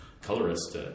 colorist